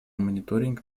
мониторинг